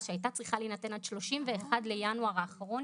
שהייתה צריכה להינתן עד 31 בינואר האחרון,